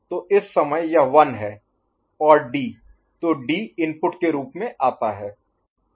तो इस समय यह 1 है और डी तो डी इनपुट के रूप में आता है